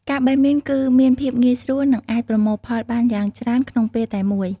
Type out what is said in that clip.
ការបេះមៀនគឺមានភាពងាយស្រួលនិងអាចប្រមូលផលបានយ៉ាងច្រើនក្នុងពេលតែមួយ។